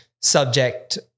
subject